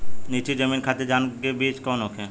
नीची जमीन खातिर धान के बीज कौन होखे?